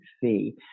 fee